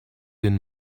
den